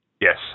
Yes